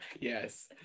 yes